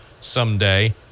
someday